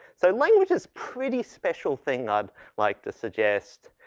so, language is pretty special thing i'd like to suggest.